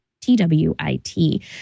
T-W-I-T